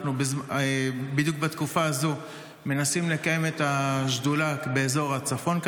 אנחנו בדיוק בתקופה הזו מנסים לקיים את השדולה באזור הצפון,